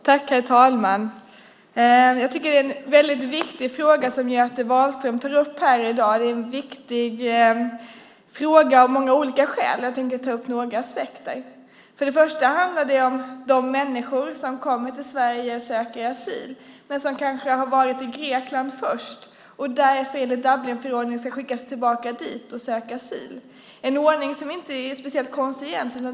Herr talman! Jag tycker att det är en väldigt viktig fråga som Göte Wahlström tar upp här i dag. Den är viktig av många olika skäl. Jag tänker ta upp några aspekter. För det första handlar det om de människor som kommer till Sverige och söker asyl. Den som har varit i Grekland först ska enligt Dublinförordningen skickas tillbaka dit och söka asyl. Det är en ordning som inte är speciellt konstig egentligen.